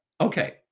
Okay